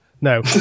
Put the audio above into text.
no